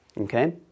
okay